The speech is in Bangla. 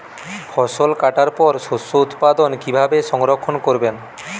ফসল কাটার পর শস্য উৎপাদন কিভাবে সংরক্ষণ করবেন?